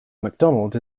macdonald